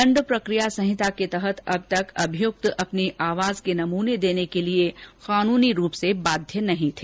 दण्ड प्रक्रिया संहिता के तहत अब तक अभियुक्त अपनी आवाज के नमूने देने के लिए कानूनी रूप से बाध्य नहीं थे